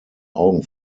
augen